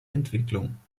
entwicklung